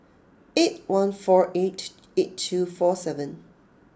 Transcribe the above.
eight one four eight eight two four seven